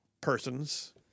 persons